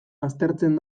aztertzen